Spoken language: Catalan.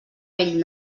vell